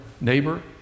neighbor